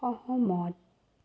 সহমত